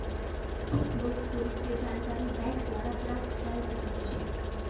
cheque book शुल्क के जानकारी बैंक द्वारा प्राप्त कयल जा सकइ छइ